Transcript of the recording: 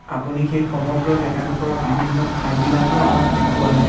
আপুনি সেই সমগ্ৰ জেগাডোখৰৰ বিভিন্ন ঠাইবিলাকো আমাক দেখুৱালে